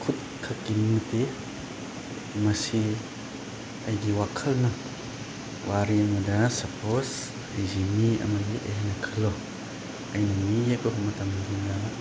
ꯈꯨꯠ ꯈꯛꯀꯤ ꯅꯠꯇꯦ ꯃꯁꯤ ꯑꯩꯒꯤ ꯋꯥꯈꯜꯅ ꯋꯥꯔꯤ ꯑꯃꯗ ꯁꯞꯄꯣꯖ ꯑꯩꯁꯤ ꯃꯤ ꯑꯃ ꯌꯦꯛꯑꯦ ꯑꯅ ꯈꯜꯂꯣ ꯑꯩꯅ ꯃꯤ ꯌꯦꯛꯄ ꯃꯇꯝꯁꯤꯗ